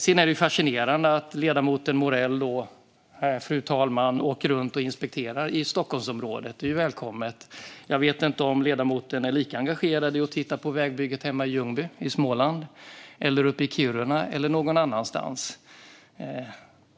Sedan är det fascinerande att ledamoten Morell, fru talman, åker runt och inspekterar i Stockholmsområdet. Det är ju välkommet. Jag vet inte om ledamoten är lika engagerad i att titta på vägbyggen hemma i Ljungby i Småland, uppe i Kiruna eller någon annanstans.